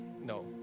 no